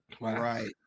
Right